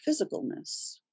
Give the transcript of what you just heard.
physicalness